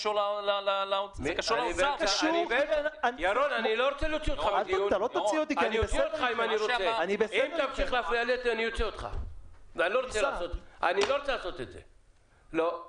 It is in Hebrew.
4. הצבעה